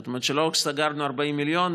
זאת אומרת שלא רק סגרנו 40 מיליון,